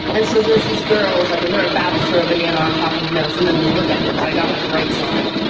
and so there's these girls like and they're about to throw a banana on top of mills and then they look at me because i got my brights on,